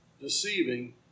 deceiving